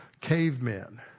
cavemen